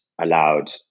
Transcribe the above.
allowed